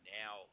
now